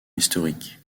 historique